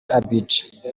abidjan